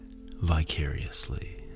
vicariously